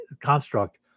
construct